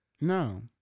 No